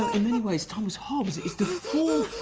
in many ways, thomas hobbes is the